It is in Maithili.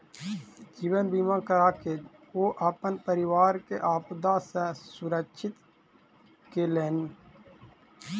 जीवन बीमा कराके ओ अपन परिवार के आपदा सॅ सुरक्षित केलैन